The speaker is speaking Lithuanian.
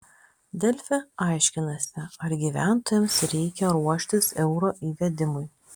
delfi aiškinasi ar gyventojams reikia ruoštis euro įvedimui